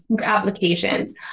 applications